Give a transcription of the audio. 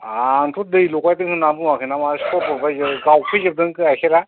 आंथ' दै लगायदों होन्नानै बुङाखैना माबा सरभद बादि गावफैजोबदों गाइखेरा